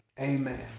amen